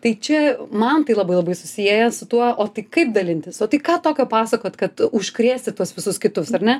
tai čia man tai labai labai susieja su tuo o tai kaip dalintis o tai ką tokio pasakot kad užkrėsti tuos visus kitus ar ne